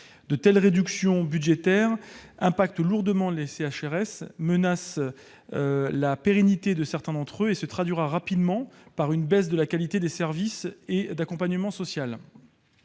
De telles réductions budgétaires impactent lourdement les CHRS, menacent la pérennité de certains d'entre eux et se traduiront rapidement par une baisse de la qualité des services et par un accompagnement social